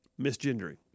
Misgendering